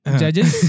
judges